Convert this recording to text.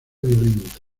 violenta